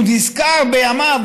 הוא נזכר בימיו,